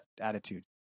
attitude